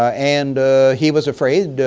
and he was afraid,